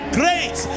great